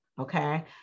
Okay